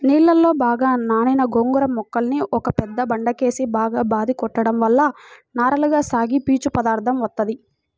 నీళ్ళలో బాగా నానిన గోంగూర మొక్కల్ని ఒక పెద్ద బండకేసి బాగా బాది కొట్టడం వల్ల నారలగా సాగి పీచు పదార్దం వత్తది